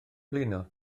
blino